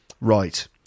right